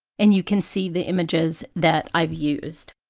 and you can see the images that i've used